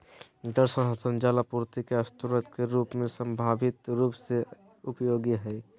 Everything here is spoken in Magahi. जल संसाधन जल आपूर्ति के स्रोत के रूप में संभावित रूप से उपयोगी हइ